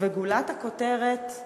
וגולת הכותרת: